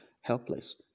helpless